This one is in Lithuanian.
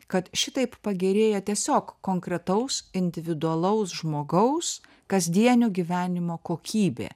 kad šitaip pagerėja tiesiog konkretaus individualaus žmogaus kasdienio gyvenimo kokybė